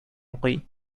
укый